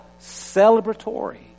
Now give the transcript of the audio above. celebratory